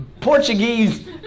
Portuguese